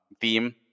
theme